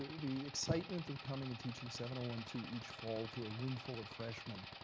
the excitement of coming and teaching seven one two each fall to a roomful of freshmen,